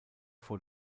vor